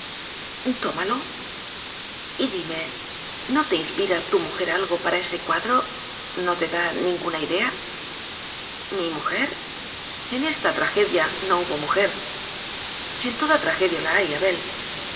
leerlo á tómalo y dime no te inspira tu mujer algo para ese cuadro no te da alguna idea mi mujer en esta tragedia no hubo mujer en toda tragedia la hay abel